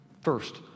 First